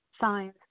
signs